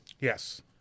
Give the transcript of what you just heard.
Yes